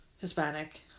Hispanic